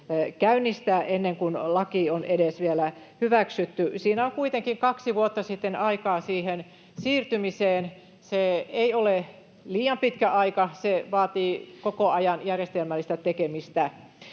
käynnistää, ennen kuin laki on edes vielä hyväksytty. Siinä on kuitenkin kaksi vuotta sitten aikaa siihen siirtymiseen. Se ei ole liian pitkä aika. Se vaatii koko ajan järjestelmällistä tekemistä.